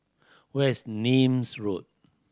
where is Nim's Road